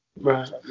Right